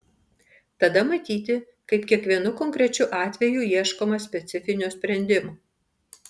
tada matyti kaip kiekvienu konkrečiu atveju ieškoma specifinio sprendimo